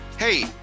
Hey